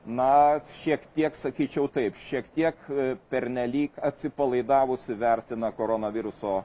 na šiek tiek sakyčiau taip šiek tiek pernelyg atsipalaidavusi vertina koronaviruso